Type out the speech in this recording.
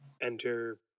enter